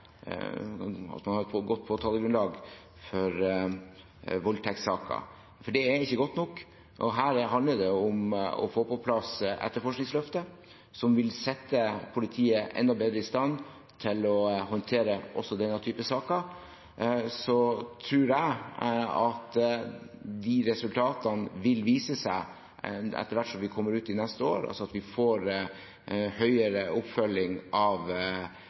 man har et godt påtalegrunnlag for voldtektssaker. For det er ikke godt nok. Her handler det om å få på plass Etterforskningsløftet, som vil sette politiet enda bedre i stand til å håndtere også denne typen saker. Så tror jeg at de resultatene vil vise seg etter hvert som vi kommer ut i neste år, altså at vi får bedre oppfølging av